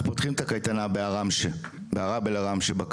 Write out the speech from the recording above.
אנחנו מתחילים את הקייטנה בערם שייח' בקיץ.